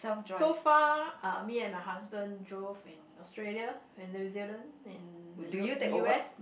so far uh me and my husband drove in Australia in New Zealand in the U U_S